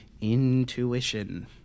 intuition